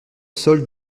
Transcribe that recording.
sol